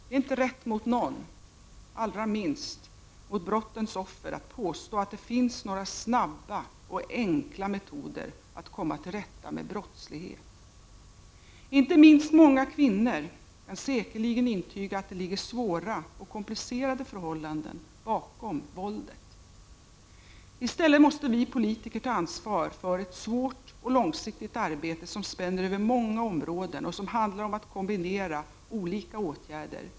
Det är inte rätt mot någon, allra minst mot brottens offer, att påstå att det finns några snabba och enkla metoder att komma till rätta med brottslighet. Inte minst många kvinnor kan säkerligen intyga att det ligger svåra och komplicerade förhållanden bakom våldet. I stället måste vi politiker ta ansvar för ett svårt och långsiktigt arbete, som spänner över många områden och som handlar om att kombinera olika åtgärder.